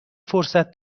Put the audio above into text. فرصت